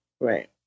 Right